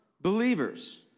Believers